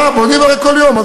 בונים הרי כל יום.